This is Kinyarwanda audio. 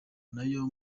n’ayo